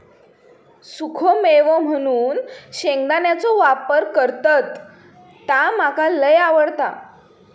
सुखो मेवो म्हणून शेंगदाण्याचो वापर करतत ता मका लय आवडता